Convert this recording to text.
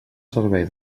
servei